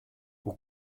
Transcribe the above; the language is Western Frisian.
hoe